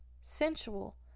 sensual